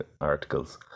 articles